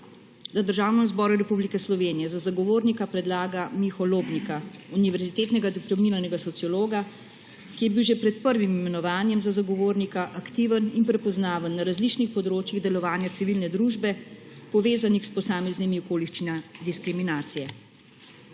da Državnemu zboru Republike Slovenije za zagovornika predlaga Miho Lobnika, univerzitetnega diplomiranega sociologa, ki je bil že pred prvim imenovanjem za zagovornika aktiven in prepoznaven na različnih področjih delovanja civilne družbe, povezanih s posameznimi okoliščinami diskriminacije.